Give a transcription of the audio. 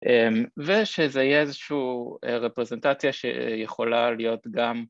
ושזה יהיה איזושהי רפרזנטציה שיכולה להיות גם...